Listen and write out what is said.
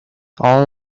all